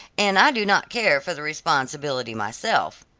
and i do not care for the responsibility myself,